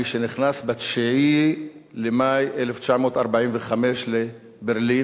מי שנכנס ב-9 במאי 1945 לברלין,